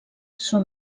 són